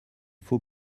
faut